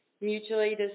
mutually